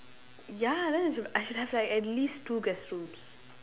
ya that is I should have like at least two guestrooms